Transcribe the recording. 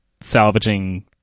salvaging